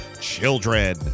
children